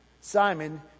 Simon